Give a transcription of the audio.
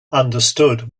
understood